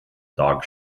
dog